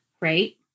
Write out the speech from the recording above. right